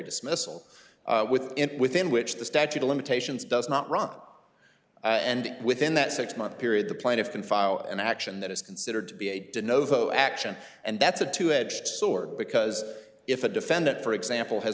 dismissal within within which the statute of limitations does not run and within that six month period the plaintiff can file an action that is considered to be a did novo action and that's a two edged sword because if a defendant for example has